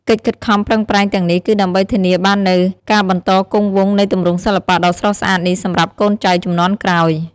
កិច្ចខិតខំប្រឹងប្រែងទាំងនេះ គឺដើម្បីធានាបាននូវការបន្តគង់វង្សនៃទម្រង់សិល្បៈដ៏ស្រស់ស្អាតនេះសម្រាប់កូនចៅជំនាន់ក្រោយ។